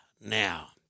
Now